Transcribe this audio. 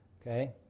okay